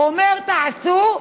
אומר: תעשו,